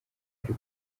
ari